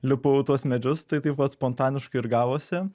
lipau į tuos medžius tai taip vat pat spontaniškai ir gavosi